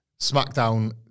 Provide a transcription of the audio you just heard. SmackDown